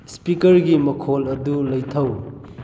ꯏꯁꯄꯤꯀꯔꯒꯤ ꯃꯈꯣꯜ ꯑꯗꯨ ꯂꯩꯊꯧ